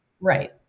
Right